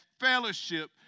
fellowship